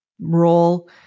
role